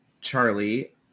Charlie